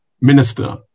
Minister